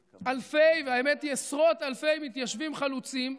אלפי, האמת היא, עשרות אלפי מתיישבים חלוצים,